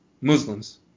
Muslims